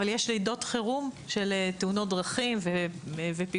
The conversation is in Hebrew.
אבל יש לידות חירום של תאונות דרכים ופיגועים.